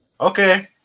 Okay